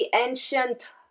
ancient